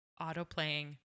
auto-playing